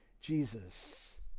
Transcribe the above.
Jesus